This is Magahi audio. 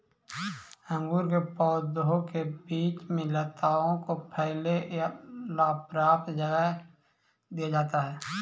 अंगूर के पौधों के बीच में लताओं को फैले ला पर्याप्त जगह दिया जाता है